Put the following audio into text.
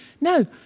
No